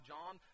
John